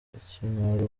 ikimwaro